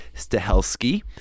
Stahelski